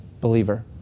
believer